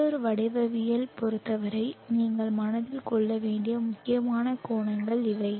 உள்ளூர் வடிவவியலைப் பொறுத்தவரை நீங்கள் மனதில் கொள்ள வேண்டிய முக்கியமான கோணங்கள் இவை